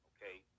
Okay